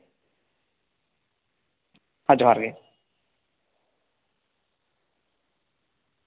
ᱦᱮᱸ ᱡᱚᱦᱟᱨ ᱜᱮ